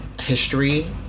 history